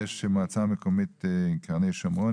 יגאל להב, המועצה מקומית קרני שומרון.